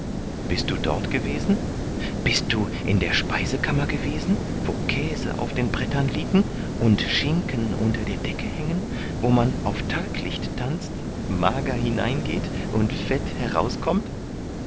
bist du dort gewesen bist du in der speisekammer gewesen wo käse auf den brettern liegen und schinken unter der decke hängen wo man auf talglicht tanzt mager hineingeht und fett herauskommt